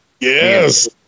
yes